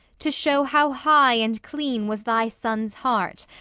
to show how high and clean was thy son's heart,